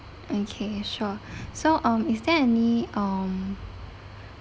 okay sure so um is there any um